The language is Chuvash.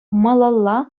малалла